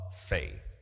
faith